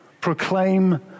proclaim